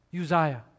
Uzziah